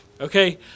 Okay